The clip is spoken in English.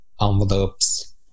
envelopes